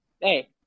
Hey